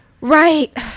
Right